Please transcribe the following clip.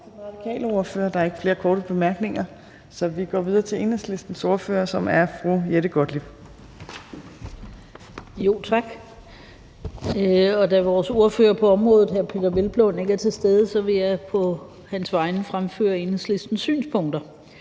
Der er ikke flere korte bemærkninger, så vi går videre til Enhedslistens ordfører, som er fru Jette Gottlieb. Kl. 15:23 (Ordfører) Jette Gottlieb (EL): Tak. Da vores ordfører på området, hr. Peder Hvelplund, ikke er til stede, vil jeg på hans vegne fremføre Enhedslistens synspunkter.